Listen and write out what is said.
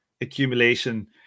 accumulation